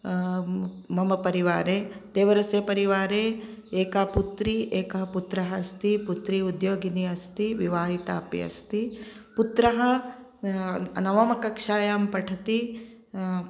मम परिवारे देवरस्य परिवारे एका पुत्री एकः पुत्रः अस्ति पुत्री उद्योगिनी अस्ति विवाहिता अपि अस्ति पुत्रः नवमकक्षायां पठति